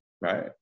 right